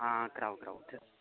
हां कराओ कराओ